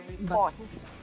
reports